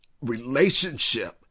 relationship